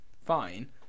fine